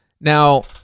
Now